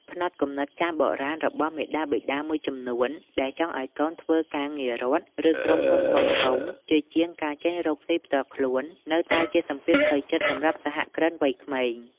ផ្នត់គំនិតចាស់បុរាណរបស់មាតាបិតាមួយចំនួនដែលចង់ឱ្យកូនធ្វើការងាររដ្ឋ ឬក្រុមហ៊ុនធំៗ ជាជាងការចេញរកស៊ីផ្ទាល់ខ្លួន នៅតែជាសម្ពាធផ្លូវចិត្តសម្រាប់សហគ្រិនវ័យក្មេង។